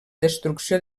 destrucció